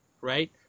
right